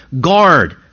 guard